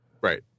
Right